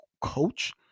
coach